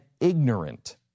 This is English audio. ignorant